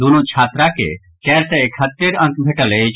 दूनु छात्रा के चारि सय इकहत्तरि अंक भेटल अछि